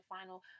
final